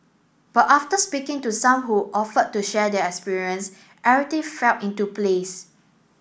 but after speaking to some who offered to share their experience everything fell into place